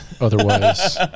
otherwise